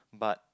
but